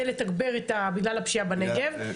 כדי לתגבר, בגלל הפשיעה בנגב.